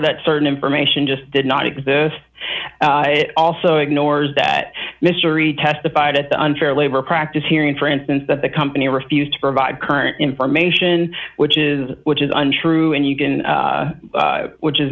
that certain information just did not exist it also ignores that mystery testified at the unfair labor practice hearing for instance that the company refused to provide current information which is which is untrue and you can which is